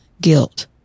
Guilt